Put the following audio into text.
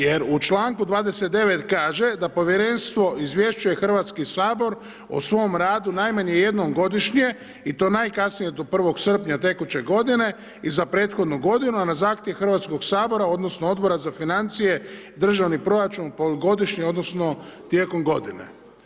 Jer u članku 29. kaže da Povjerenstvo izvješćuje Hrvatski sabor o svom radu najmanje jednom godišnje i to najkasnije do 1. srpnja tekuće godine i za prethodnu godinu, a na zahtjev Hrvatskoga sabora odnosno Odbora za financije i državni proračun polugodišnje odnosno tijekom godine.